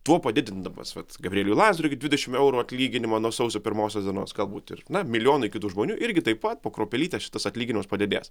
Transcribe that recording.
tuo padidindamas vat gabrieliui landsbergiui dvidešimt eurų atlyginimą nuo sausio pirmosios dienos galbūt ir na milijonai kitų žmonių irgi taip pat po kruopelytę šitas atlyginimas padidės